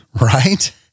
right